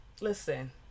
Listen